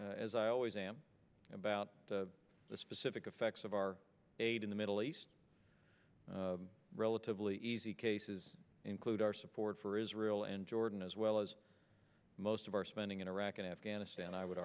well as i always am about the specific effects of our aid in the middle east relatively easy cases include our support for israel and jordan as well as most of our spending in iraq and afghanistan i would